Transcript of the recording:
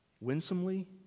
winsomely